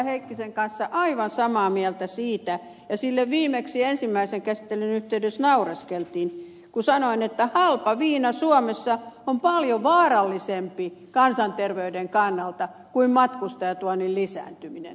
heikkisen kanssa aivan samaa mieltä siitä ja sille viimeksi ensimmäisen käsittelyn yhteydessä naureskeltiin kun sanoin että halpa viina suomessa on paljon vaarallisempaa kansanterveyden kannalta kuin matkustajatuonnin lisääntyminen